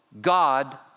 God